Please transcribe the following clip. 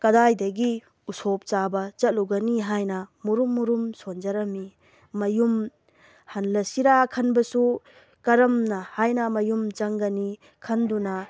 ꯀꯗꯥꯏꯗꯒꯤ ꯎꯁꯣꯞ ꯆꯥꯕ ꯆꯠꯂꯨꯒꯅꯤ ꯍꯥꯏꯅ ꯃꯨꯔꯨꯝ ꯃꯨꯔꯨꯝ ꯁꯣꯟꯖꯔꯝꯃꯤ ꯃꯌꯨꯝ ꯍꯜꯂꯁꯤꯔ ꯈꯟꯕꯁꯨ ꯀꯔꯝꯅ ꯍꯥꯏꯅ ꯃꯌꯨꯝ ꯆꯪꯒꯅꯤ ꯈꯟꯗꯨꯅ